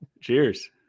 cheers